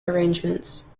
arrangements